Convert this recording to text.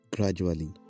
Gradually